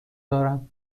دارم